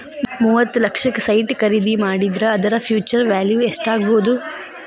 ಮೂವತ್ತ್ ಲಕ್ಷಕ್ಕ ಸೈಟ್ ಖರಿದಿ ಮಾಡಿದ್ರ ಅದರ ಫ್ಹ್ಯುಚರ್ ವ್ಯಾಲಿವ್ ಯೆಸ್ಟಾಗ್ಬೊದು?